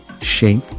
shape